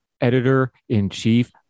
Editor-in-Chief